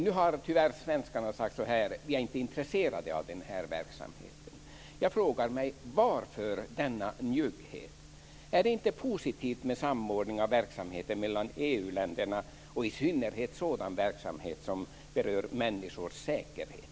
Nu har tyvärr svenskarna sagt: Vi är inte intresserade av den här verksamheten. Jag frågar mig: Varför denna njugghet? Är det inte positivt med samordning av verksamheter mellan EU-länderna, i synnerhet sådan verksamhet som berör människors säkerhet?